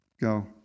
go